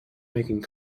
making